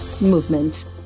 movement